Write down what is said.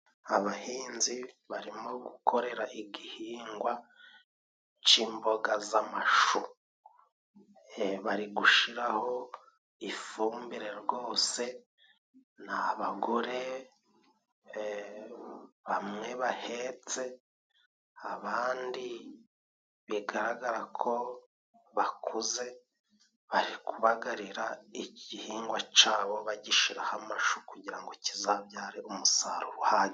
Abahinzi barimo gukorera igihingwa cy'imboga z'amashu. Bari gushyiraho ifumbire rwose, ni abagore bamwe bahetse abandi bigaragara ko bakuze ,bari kubagarira igihingwa cyabo bagishyiraho amashu kugirango kizabyare umusaruro uhagije.